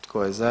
Tko je za?